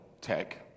tech